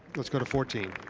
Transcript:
let's go to fourteen.